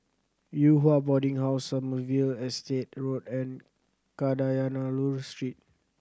Yew Hua Boarding House Sommerville Estate Road and Kadayanallur Street